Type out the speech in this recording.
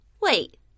Wait